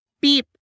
Beep